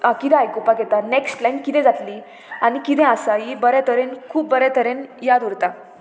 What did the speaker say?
कितें आयकुपाक येता नॅक्स्ट लायक किदें जातली आनी किदें आसा ही बऱ्या तरेन खूब बऱ्या तरेन याद उरता